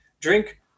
Drink